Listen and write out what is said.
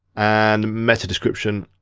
and meta description,